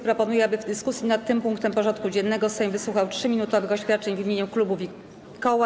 Proponuję, aby w dyskusji nad tym punktem porządku dziennego Sejm wysłuchał 3-minutowych oświadczeń w imieniu klubów i koła.